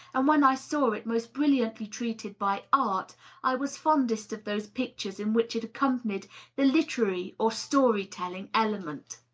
and when i saw it most brilliantly treated by art i was fondest of those pictures in which it accompanied the literary or story-telling element.